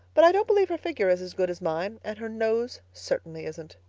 but i don't believe her figure is as good as mine, and her nose certainly isn't.